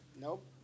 Nope